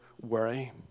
worry